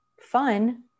fun